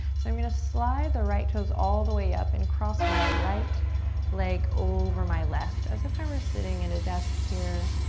so i'm gonna slide the right toes all the way up and cross my right leg over my left as if i were sitting in a desk here.